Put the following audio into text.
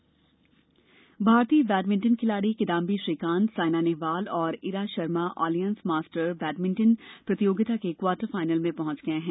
badminton भारतीय badminton खिलाडी किदांबी श्रीकांत सायना नेहवाल और Ira Sharma Orleans Masters badminton प्रतियोगिता के क्वार्टर फाइनल में पहुंच गए हैं